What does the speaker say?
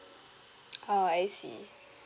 oh I see